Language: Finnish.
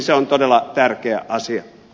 se on todella tärkeä asia